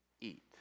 eat